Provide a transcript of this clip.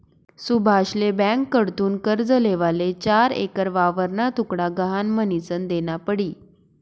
सुभाषले ब्यांककडथून कर्ज लेवाले चार एकर वावरना तुकडा गहाण म्हनीसन देना पडी